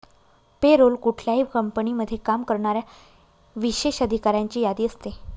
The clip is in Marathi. पे रोल कुठल्याही कंपनीमध्ये काम करणाऱ्या विशेष अधिकाऱ्यांची यादी असते